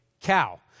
cow